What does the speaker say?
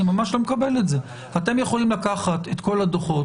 אני ממש לא מקבל את זה - אתם יכולים לקחת את כל הדוחות,